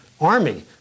army